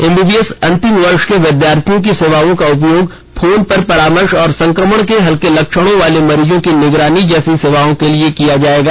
MBBS अंतिम वर्ष के विद्यार्थियों की सेवाओं का उपयोग फोन पर परामर्श और संक्रमण के हल्के लक्षणों वाले मरीजों की निगरानी जैसी सेवाओं के लिए किया जाएगा